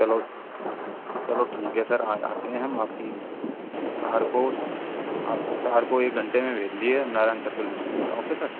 चलो चलो ठीक है सर आज आते है हम आपकी कार को कार को एक घंटे में भेज दिए नारायण सर्कल मिल जाएंग ओके सर